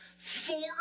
Four